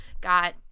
got